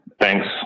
Thanks